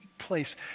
place